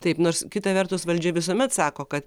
taip nors kita vertus valdžia visuomet sako kad